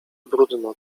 bródno